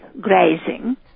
grazing